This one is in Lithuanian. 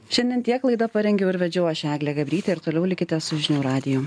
šiandien tiek laidą parengiau ir vedžiau aš eglė gabrytė ir toliau likite su žinių radiju